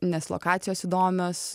nes lokacijos įdomios